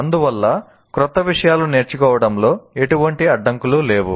అందువల్ల క్రొత్త విషయాలు నేర్చుకోవడంలో ఎటువంటి అడ్డంకులు లేవు